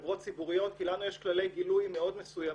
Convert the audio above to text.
חברות ציבוריות כי לנו יש כללי גילוי מאוד מסוימים.